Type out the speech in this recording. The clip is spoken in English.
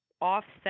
offset